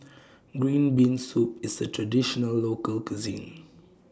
Green Bean Soup IS A Traditional Local Cuisine